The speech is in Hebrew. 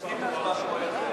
תסכים להצבעה במועד אחר?